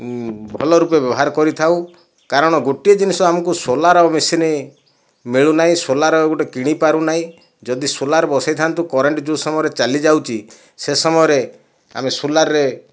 ଭଲ ରୂପେ ବ୍ୟବହାର କରିଥାଉ କାରଣ ଗୋଟିଏ ଜିନିଷ ଆମକୁ ସୋଲାର୍ ମେସିନ୍ ମିଳୁନାହିଁ ସୋଲାର୍ ଗୋଟିଏ କିଣିପାରୁ ନାହିଁ ଯଦି ସୋଲାର୍ ବସାଇଥାନ୍ତୁ କରେଣ୍ଟ ଯେଉଁ ସମୟରେ ଚାଲି ଯାଉଛି ସେ ସମୟରେ ଆମେ ସୋଲାର୍ ରେ